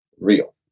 real